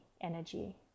energy